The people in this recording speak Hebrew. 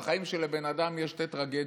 בחיים של בן אדם יש שתי טרגדיות.